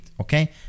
Okay